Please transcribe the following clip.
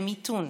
במיתון,